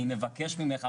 אני מבקש ממך,